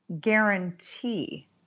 guarantee